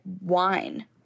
wine